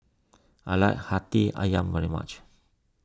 I like Hati Ayam very much